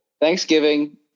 Thanksgiving